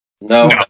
No